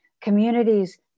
communities